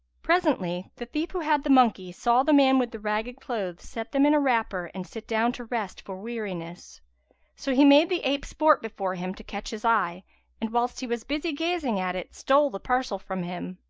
presently the thief who had the monkey saw the man with the ragged clothes set them in a wrapper and sit down to rest for weariness so he made the ape sport before him to catch his eye and, whilst he was busy gazing at it, stole the parcel from him.